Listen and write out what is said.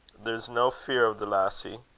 there's no fear o' the lassie.